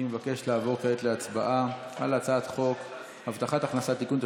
אני מבקש לעבור כעת להצבעה על הצעת חוק הבטחת הכנסה (תיקון,